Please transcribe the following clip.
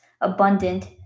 Abundant